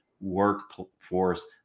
workforce